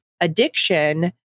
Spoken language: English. addiction